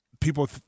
people